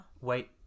wait